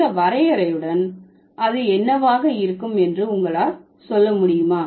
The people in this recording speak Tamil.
இந்த வரையறையுடன் அது என்னவாக இருக்கும் என்று உங்களால் சொல்ல முடியுமா